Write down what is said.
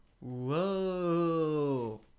Whoa